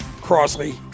Crosley